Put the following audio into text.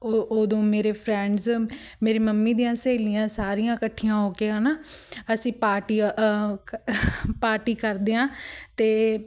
ਓ ਉਦੋਂ ਮੇਰੇ ਫਰੈਂਡਸ ਮੇਰੇ ਮੰਮੀ ਦੀਆਂ ਸਹੇਲੀਆਂ ਸਾਰੀਆਂ ਇਕੱਠੀਆਂ ਹੋ ਕੇ ਹੈ ਨਾ ਅਸੀਂ ਪਾਰਟੀ ਪਾਰਟੀ ਕਰਦੇ ਹਾਂ ਅਤੇ